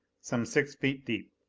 some six feet deep.